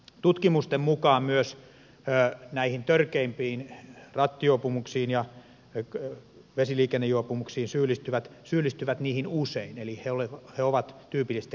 tutkimusten mukaan myös näihin törkeimpiin rattijuopumuksiin ja vesiliikennejuopumuksiin syyllistyvät syyllistyvät niihin usein eli ovat tyypillisesti rikoksen uusijoita